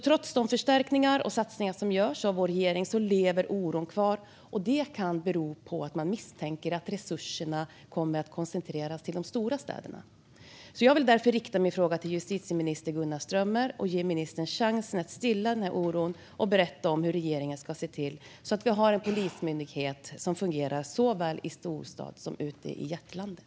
Trots de förstärkningar och satsningar som görs av vår regering lever alltså oron kvar, något som kan bero på att man misstänker att resurserna kommer att koncentreras till de stora städerna. Jag vill därför rikta min fråga till justitieminister Gunnar Strömmer och ge ministern chansen att stilla denna oro och berätta hur regeringen ska se till att vi har en polismyndighet som fungerar såväl i storstaden som ute i hjärtlandet.